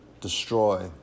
destroy